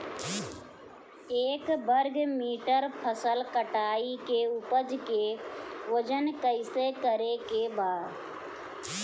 एक वर्ग मीटर फसल कटाई के उपज के वजन कैसे करे के बा?